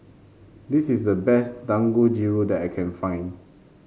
this is the best Dangojiru that I can find